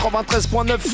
93.9